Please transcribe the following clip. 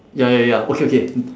ya ya ya okay okay